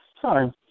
Sorry